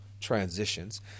transitions